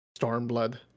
Stormblood